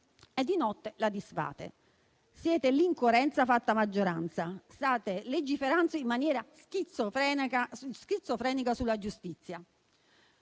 e di notte disfate. Siete l'incoerenza fatta maggioranza e state legiferando in maniera schizofrenica sulla giustizia.